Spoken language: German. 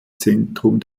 zentrum